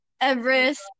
Everest